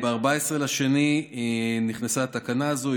ב-14 בפברואר נכנסה התקנה הזאת.